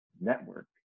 network